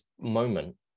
moment